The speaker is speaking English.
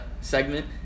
segment